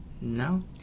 no